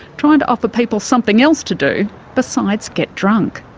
trying to offer people something else to do besides get drunk.